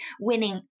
winning